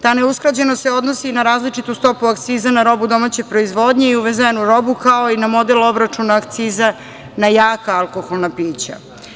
Ta neusklađenost se odnosi na različitu stopu akciza na robu domaće proizvodnje i uvezenu robu, kao i na model obračuna akciza na jaka alkoholna pića.